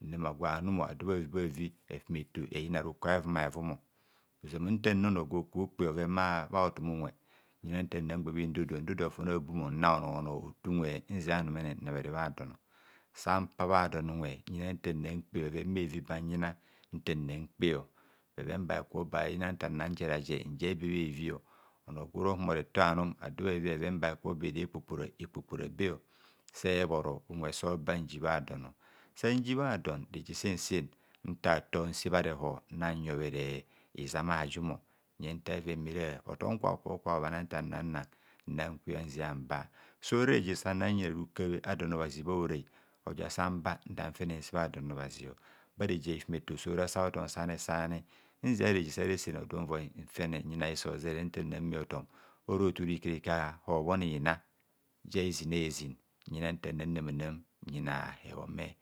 Nnema gwa anum ada bhavibha vi efume to eyina rukur a'hevum a'hevumo ozoma nta nna onor gwo ko kpe bhoven bha hotam unwe, nyina nta nna gba bhin dodoa ndodoa fon abum nna onor ho nor ote unwe nzia anumene nnabhere bhadono, san pa bha don unwe ndana nkpe bheven bhevi banyina nta nna nkpe bheven ba bhe kubho ban yina nta nna njer aje nje be bhevi bhevio, onor gwora ohumo refor anum ado bhavi bheven sa bhekubho bere kpokpora, ekpokpora be sebhoro unwe so ba nji bha dono sanji bha don reje sen sen ntator nse bha rehor nnayobhere izam ajumo nye ntar bheven be bhera, hotom kwa hokubho kwa hobhana ntar nna nnọ nnan kwe nzia ba sora reje sananyina rukabhe adon obhazi bha horai oja san ba ndan fene nse bha don obhazio bhare je a'hi fume to sora sa hotom kwani kwani nzia reje sa resene nvoi nfene nyina hiso hozere ntana mme hotom ororotu re ikarika obhinina ja hezin a'hezin nyina nta nnamana nyina hebhome